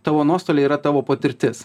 tavo nuostoliai yra tavo patirtis